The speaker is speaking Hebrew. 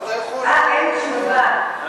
אה, אין תשובה.